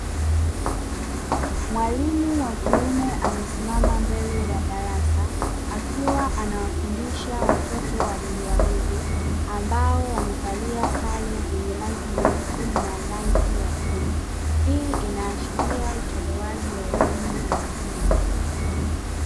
Mwalimu wa kiume amesimama mbele ya darasa akiwa anawafundisha watoto wadogo wadogo ambao wamevalia sare zenye rangi nyeupe na rangi ya bluu hii inaashiria utolewaji wa elimu ya msingi.